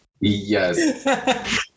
Yes